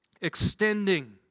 extending